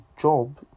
job